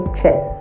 Chess